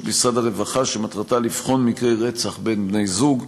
משרד הרווחה שתפקידה לבחון מקרי רצח בין בני-זוג.